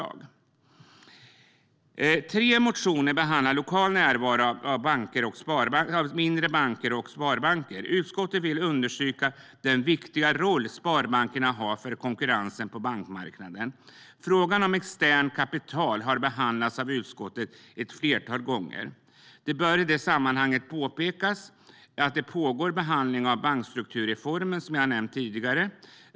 I tre motioner behandlas lokal närvaro av mindre banker och sparbanker. Utskottet vill understryka den viktiga roll sparbankerna har för konkurrensen på bankmarknaden. Frågan om externt kapital har behandlats av utskottet ett flertal gånger. Det bör i detta sammanhang påpekas att det pågår en behandling av bankstrukturreformen, som jag har nämnt tidigare.